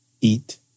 eat